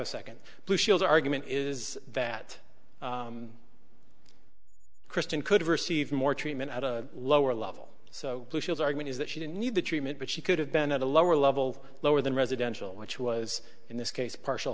a second blue shield argument is that kristen could receive more treatment at a lower level so those are going is that she didn't need the treatment but she could have been at a lower level lower than residential which was in this case partial